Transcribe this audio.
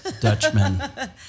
Dutchmen